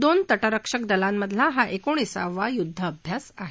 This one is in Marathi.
दोन तटरक्षक दलांमधला हा एकोणीसावा युद्धाभ्यास आहे